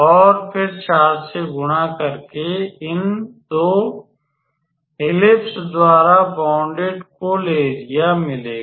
और फिर 4 से गुणा करके इन 2 दीर्घवृत्तों द्वारा बौनडेड कुल एरिया मिलेगा